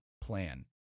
plan